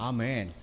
Amen